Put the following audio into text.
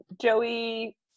Joey